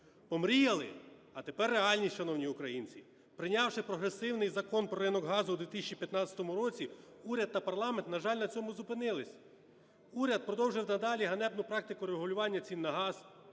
Помріяли? А тепер реальність. Шановні українці, прийнявши прогресивний Закон про ринок газу у 2015 році, уряд та парламент, на жаль, на цьому зупинились. Уряд продовжує надалі ганебну практику регулювання цін на газ,